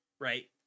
right